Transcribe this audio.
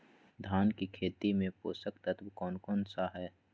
धान की खेती में पोषक तत्व कौन कौन सा है?